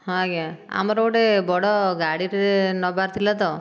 ହଁ ଆଜ୍ଞା ଆମର ଗୋଟିଏ ବଡ଼ ଗାଡ଼ିଟିଏ ନେବାର ଥିଲା ତ